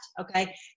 Okay